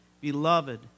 Beloved